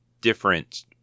different